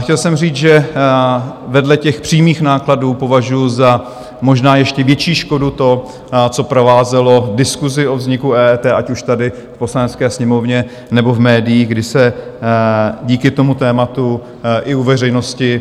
Chtěl jsem říct, že vedle těch přímých nákladů považuji za možná ještě větší škodu to, co provázelo diskusi o vzniku EET ať už tady v Poslanecké sněmovně, nebo v médiích, kdy se díky tomu tématu i u veřejnosti